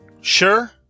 Sure